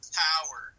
power